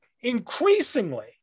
increasingly